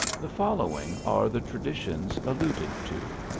the following are the traditions alluded to.